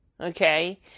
Okay